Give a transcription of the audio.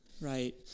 Right